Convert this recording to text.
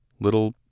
Little